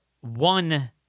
one